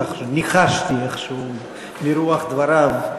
כך ניחשתי איכשהו מרוח דבריו.